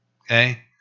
okay